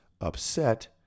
upset